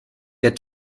der